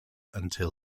until